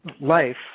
life